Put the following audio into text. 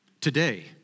Today